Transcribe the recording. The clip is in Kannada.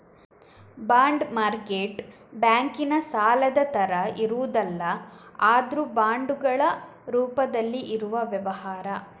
ಬಾಂಡ್ ಮಾರ್ಕೆಟ್ ಬ್ಯಾಂಕಿನ ಸಾಲದ ತರ ಇರುವುದಲ್ಲ ಆದ್ರೂ ಬಾಂಡುಗಳ ರೂಪದಲ್ಲಿ ಇರುವ ವ್ಯವಹಾರ